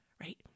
right